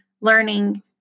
learning